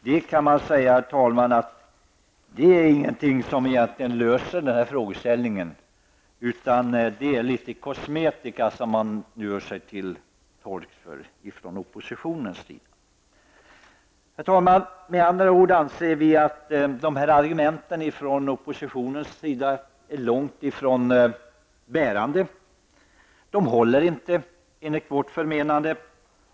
Vad man kan säga är att det förslaget inte löser problemen, utan det är bara litet kosmetika som oppositionen föreslår. Vi anser alltså att oppositionens argument är långt ifrån bärande. De håller inte enligt vårt förmenande.